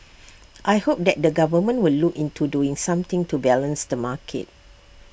I hope that the government will look into doing something to balance the market